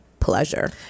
pleasure